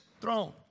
throne